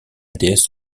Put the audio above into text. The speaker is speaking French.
déesse